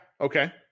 Okay